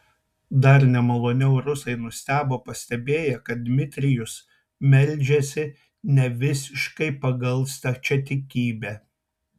dar nemaloniau rusai nustebo pastebėję kad dmitrijus meldžiasi nevisiškai pagal stačiatikybę